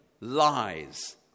lies